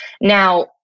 Now